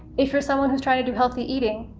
if you're someone who's trying to do healthy eating,